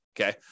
okay